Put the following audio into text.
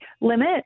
limit